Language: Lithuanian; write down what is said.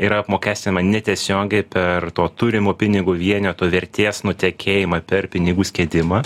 yra apmokestinama netiesiogiai per to turimų pinigų vieneto vertės nutekėjimą per pinigų skiedimą